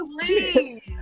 Please